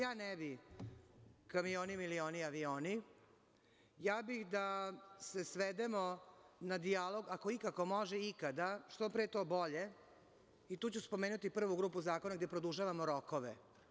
Ja, ne bih kamioni, milioni, avioni, ja bih da se svedemo na dijalog, ako je ikako može ikada, što pre to bolje, i tu ću spomenuti prvu grupu zakona gde produžavamo rokove.